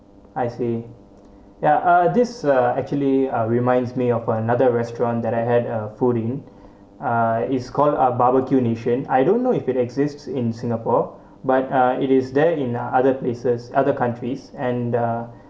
I see ya uh this uh actually uh reminds me of another restaurant that I had uh food in uh it's called up barbeque nation I don't know if it exists in singapore but uh it is there in other places other countries and the